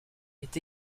est